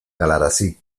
galarazi